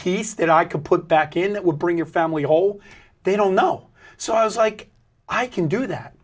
piece that i could put back in that would bring your family whole they don't know so i was like i can do that